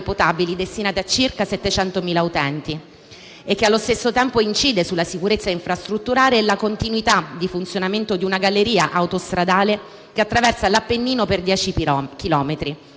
potabili destinate a circa 700.000 utenti e che, allo stesso tempo, incide sulla sicurezza infrastrutturale e la continuità di funzionamento di una galleria autostradale che attraversa l'Appennino per 10